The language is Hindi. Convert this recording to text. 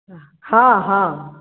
हाँ हाँ